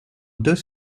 deux